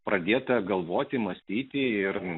pradėta galvoti mąstyti ir